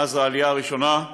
מאז העלייה הראשונה,